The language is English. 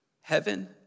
heaven